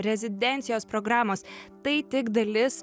rezidencijos programos tai tik dalis